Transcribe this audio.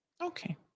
Okay